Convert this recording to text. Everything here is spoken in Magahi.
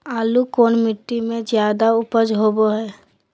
आलू कौन मिट्टी में जादा ऊपज होबो हाय?